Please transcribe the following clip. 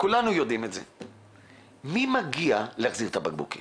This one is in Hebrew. כולנו יודעים מי מגיע להחזיר את הבקבוקים.